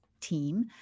team